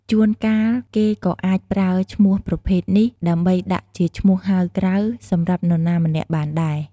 ជួនកាល គេក៏អាចប្រើឈ្មោះប្រភេទនេះ ដើម្បីដាក់ជាឈ្មោះហៅក្រៅសម្រាប់នរណាម្នាក់បានដែរ។